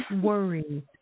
worries